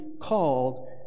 called